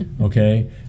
okay